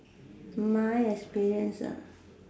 my experience ah